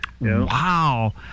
wow